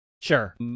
Sure